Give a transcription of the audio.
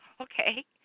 okay